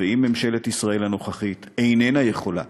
ואם ממשלת ישראל הנוכחית איננה יכולה